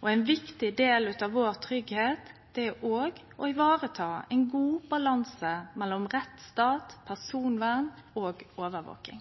og ein viktig del av tryggleiken vår er òg å sørgje for ein god balanse mellom rettsstat, personvern og overvaking.